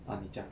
ah 你讲